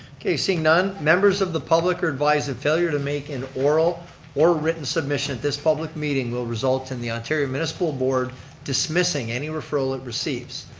okay seeing none, members of the public are advised that failure to make oral or written submission at this public meeting will result in the ontario municipal board dismissing any referral it receives.